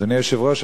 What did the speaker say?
אדוני היושב ראש,